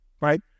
Right